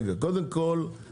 קודם כל, רגע, רגע.